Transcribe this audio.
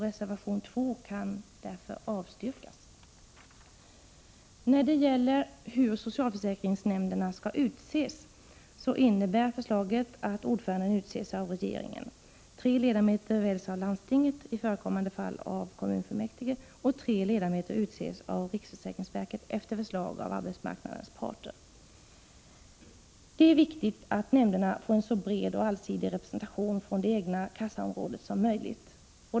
Reservation 2 avstyrks därför. När det gäller hur socialförsäkringsnämnderna skall utses innebär förslaget att ordföranden utses av regeringen. Tre ledamöter väljs av landstinget, i 157 Det är viktigt att nämnderna får en så bred och allsidig representation från det egna kassaområdet som möjligt.